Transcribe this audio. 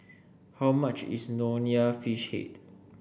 how much is Nonya Fish Head